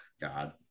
god